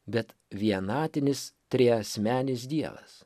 bet vienatinis triasmenis dievas